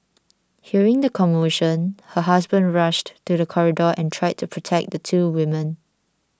hearing the commotion her husband rushed to the corridor and tried to protect the two women